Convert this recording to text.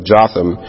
Jotham